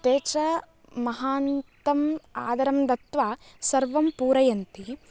ते च महान्तम् आदरं दत्वा सर्वं पूरयन्ति